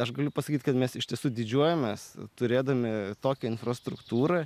aš galiu pasakyt kad mes iš tiesų didžiuojamės turėdami tokią infrastruktūrą